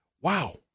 wow